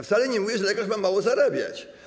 Wcale nie mówię, że lekarz ma mało zarabiać.